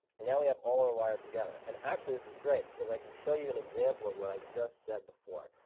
and now we have all our wires together. and actually, this is great because i can show you an example of what i just said before.